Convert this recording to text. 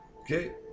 Okay